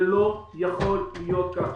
זה לא יכול להיות כך.